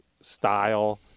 style